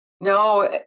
No